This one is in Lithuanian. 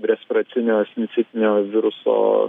respiracinio sincitinio viruso